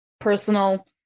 personal